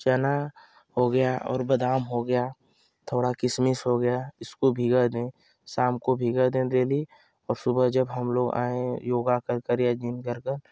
चना हो गया और बादाम हो गया थोड़ा किशमिश हो गया इसको भीगा दें शाम को भीगा दें डेली और सुबह जब हम लोग आएँ योग कर कर या जिम कर कर